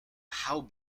how